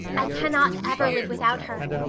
i cannot ever live without her.